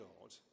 God